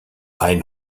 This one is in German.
ein